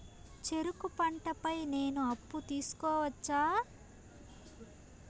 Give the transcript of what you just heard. చెరుకు పంట పై నేను అప్పు తీసుకోవచ్చా?